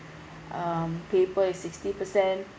um paper is sixty percent